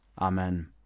Amen